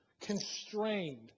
constrained